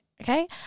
okay